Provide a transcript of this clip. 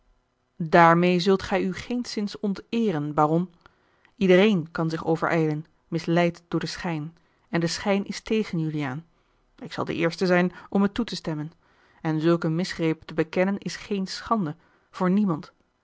daarmeê zult gij u geenszins onteeren baron iedereen kan zich overijlen misleid door den schijn en de schijn is tegen juliaan ik zal de eerste zijn om het toe te stemmen en zulken misgreep te bekennen is geene schande voor niemand